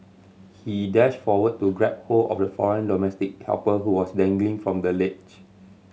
he dashed forward to grab hold of the foreign domestic helper who was dangling from the ledge